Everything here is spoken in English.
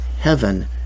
heaven